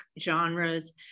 genres